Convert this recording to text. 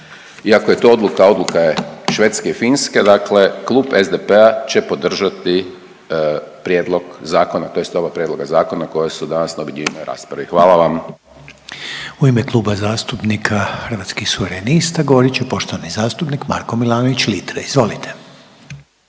ako je to odluka, odluka je Švedske i Finske, dakle Klub SDP-a će podržati prijedlog zakona, tj. ovog Prijedloga zakona koji su danas na objedinjenoj raspravi. Hvala vam. **Reiner, Željko (HDZ)** U ime Kluba zastupnika Hrvatskih suverenista govorit će poštovani zastupnik Marko Milanović Litre, izvolite.